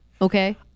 Okay